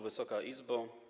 Wysoka Izbo!